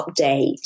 update